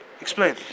Explain